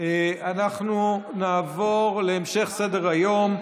אנחנו נעבור להמשך סדר-היום.